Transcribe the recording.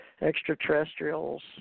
extraterrestrials